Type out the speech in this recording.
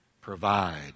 Provide